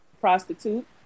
Prostitute